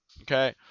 Okay